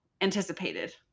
anticipated